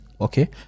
Okay